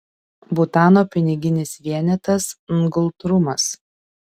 butano piniginis vienetas ngultrumas